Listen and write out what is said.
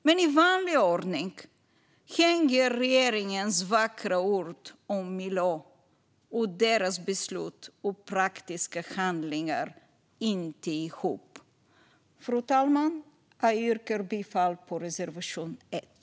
Men i vanlig ordning hänger regeringens vackra ord om miljö och deras beslut och praktiska handlingar inte ihop. Fru talman! Jag yrkar bifall till reservation 1.